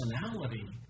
personality